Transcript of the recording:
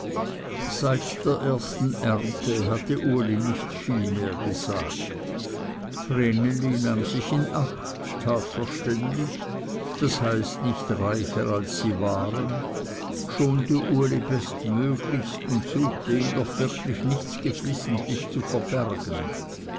seit der ersten ernte hatte uli nicht viel mehr gesagt vreneli nahm sich in acht tat verständig das heißt nicht reicher als sie waren schonte uli bestmöglichst und suchte ihm doch wirklich nichts geflissentlich zu verbergen